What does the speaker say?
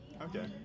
okay